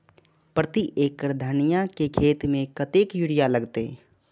प्रति एकड़ धनिया के खेत में कतेक यूरिया लगते?